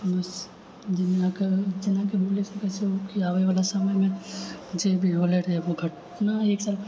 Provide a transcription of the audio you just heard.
बस जेनाकि जेनाकि बोललियै किछु खिलाबैबाला सामानसँ जे भी होले रहै ओ घटना एक साल पहिले